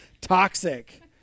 Toxic